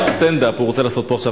סטנד-אפ הוא רוצה לעשות פה עכשיו.